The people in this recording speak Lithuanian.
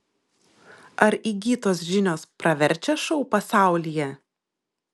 ar įgytos žinios praverčia šou pasaulyje